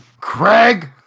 Craig